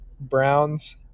Browns